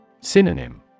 Synonym